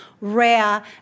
rare